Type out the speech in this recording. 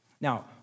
Now